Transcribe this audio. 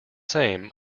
same